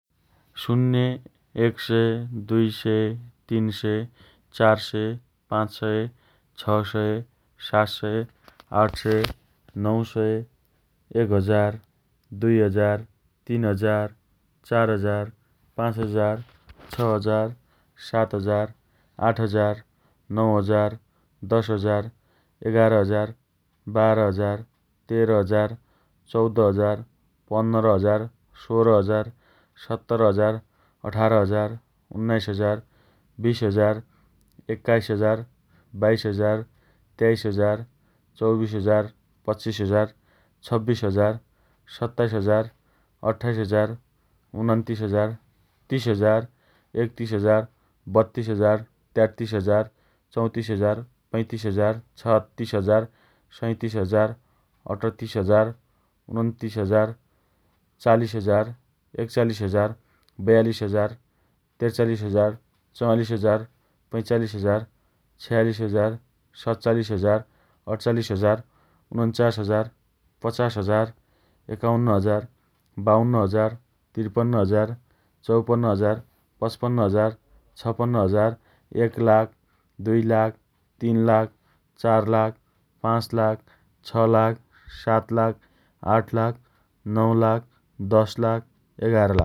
शून्य, एक सय, दुइ सय, तीन सय, चार सय, पाँच सय, छ सय, सात सय, आठ सय, नौ सय, एक हजार, दुइ हजार, तीन हजार, चार हजार, पाँच हजार, छ हजार, सात हजार, आठ हजार, नौ हजार, दस हजार, एघार हजार, बाह्र हजार, तेह्र हजार, चौध हजार, पन्नर हजार, सोह्र हजार, सत्र हजार, अठार हजार, उन्नाइस हजार, बिस हजार, एक्काइस हजार, बाइस हजार, तेइस हजार, चौबिस हजार, पच्चिस हजार, छब्बिस हजार, सत्ताइस हजार, अट्ठाइस हजार, उनन्तिस हजार, तिस हजार, एकतिस हजार, बत्तिस हजार, तेत्तिस हजार, चौतिस हजार, पैँतिस हजार, छत्तिस हजार, सैँतिस हजार, अठतिस हजार, उनन्चालिस हजार, चालिस हजार, एकचालिस हजार, बयालिस हजार, त्रिचालिस हजार, चवालिस हजार, पैँचालिस हजार, छयालिस हजार, सतचालिस हजार, अठचालिस हजार, उन्चास हजार, पचास हजार, एकाउन्न हजार, बाउन्न हजार, त्रिपन्न हजार, चौपन्न हजार, पचपन्न हजार, छपन्न हजार, एक लाख, दुइ लाख, तीन लाख, चार लाख पाँच लाख, छ लाख, सात लाख, आठ लाख, नौ लाख, दश लाख एघार